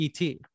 et